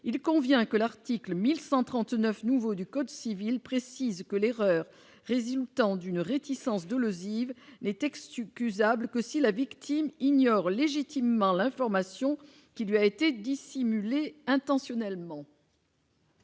il convient que l'article 1139 nouveaux du code civil précise que l'erreur résine tendent une réticence Deleuze Yves n'est Xtube Kusama que si la victime ignore légitimement l'information qui lui a été dissimulé intentionnellement.